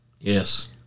Yes